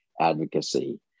advocacy